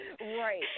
Right